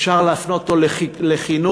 אפשר להפנות אותו לחינוך,